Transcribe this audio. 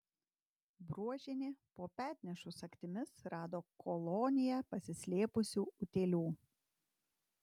bruožienė po petnešų sagtimis rado koloniją pasislėpusių utėlių